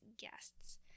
guests